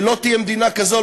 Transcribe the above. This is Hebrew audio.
לא תהיה מדינה כזו,